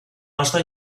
nostre